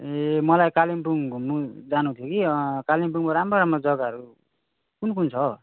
ए मलाई कालिम्पोङ घुम्नु जानु थियो कि कालिम्पोङको राम्रो राम्रो जग्गाहरू कुन कुन छ हौ